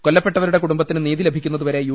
കൊല്ലപ്പെട്ടവരുടെ കുടുംബത്തിന് നീതി ലഭിക്കു ന്നതുവരെ യു